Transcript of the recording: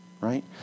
right